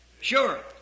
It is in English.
Sure